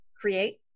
create